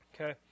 Okay